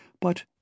but—